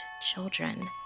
children